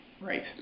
Right